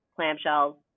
Clamshells